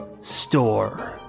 store